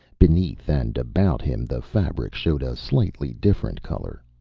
beneath and about him the fabric showed a slightly different color,